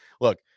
look